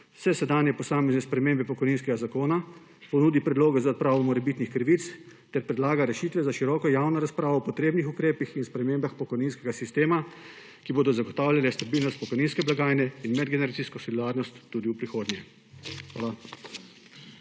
dosedanje posamezne spremembe pokojninskega zakona, ponudi predloge za odpravo morebitnih krivic ter predlaga rešitve za široko javno razpravo o potrebnih ukrepih in spremembah pokojninskega sistema, ki bodo zagotavljale stabilnost pokojninske blagajne in medgeneracijsko solidarnost tudi v prihodnje. Hvala.